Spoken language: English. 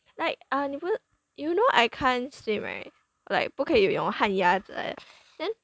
like uh 你不是 you know I can't swim right like 不可以游泳旱鸭子 then